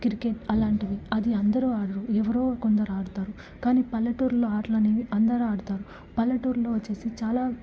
cricket అలాంటివి అది అందరు ఆడరు ఎవరో కొందరాడతారు కానీ పల్లెటూరులో ఆటలనేవి అందరు ఆడతారు పల్లెటూరులో వచ్చేసి చాలా